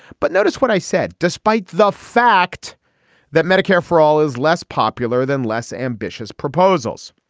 but notice what i said despite the fact that medicare for all is less popular than less ambitious proposals.